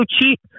cheap